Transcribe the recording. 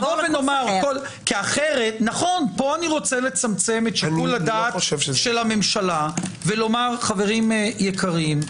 פה אי רוצה לצמצם את שיקול הדעת של הממשלה ולומר: חברים יקרים,